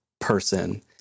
person